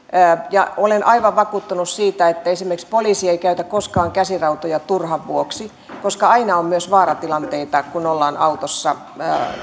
olen aivan vakuuttunut siitä että esimerkiksi poliisi ei käytä koskaan käsirautoja turhan vuoksi koska aina on myös vaaratilanteita kun ollaan autossa